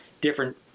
different